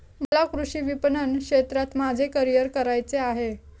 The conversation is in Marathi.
मला कृषी विपणन क्षेत्रात माझे करिअर करायचे आहे